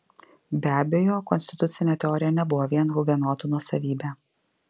be abejo konstitucinė teorija nebuvo vien hugenotų nuosavybė